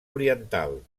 oriental